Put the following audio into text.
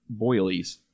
boilies